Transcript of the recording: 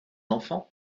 enfants